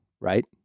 right